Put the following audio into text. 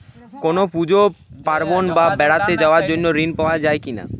কোনো পুজো পার্বণ বা বেড়াতে যাওয়ার জন্য ঋণ পাওয়া যায় কিনা?